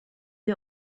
est